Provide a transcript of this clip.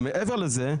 ומעבר לזה,